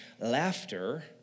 laughter